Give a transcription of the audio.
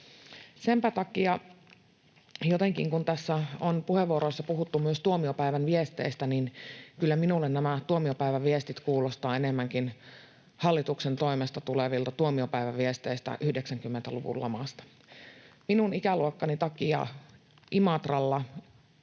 Senpä takia jotenkin, kun tässä on puheenvuoroissa puhuttu myös tuomiopäivän viesteistä, kyllä minulle nämä tuomiopäivän viestit kuulostavat enemmänkin hallituksen toimesta tulevilta tuomiopäivän viesteiltä 90-luvun lamasta. Minun ikäluokkani takia Imatralla